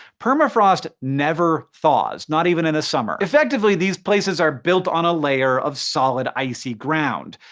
permafrost never thaws not even in the summer. effectively, these places are built on a layer of solid icy ground.